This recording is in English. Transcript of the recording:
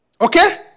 Okay